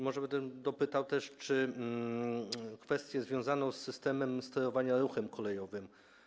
Może bym dopytał też o kwestię związaną z systemem sterowania ruchem kolejowym.